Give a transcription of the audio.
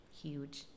huge